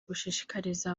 gushishikariza